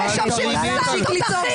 שמשמשים בשר תותחים